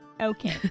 Okay